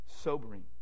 sobering